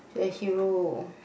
the hero